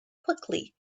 quickly